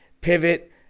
pivot